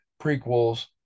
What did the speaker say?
prequels